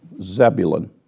Zebulun